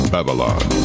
Babylon